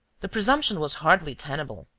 the presumption was hardly tenable.